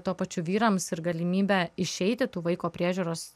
tuo pačiu vyrams ir galimybę išeiti tų vaiko priežiūros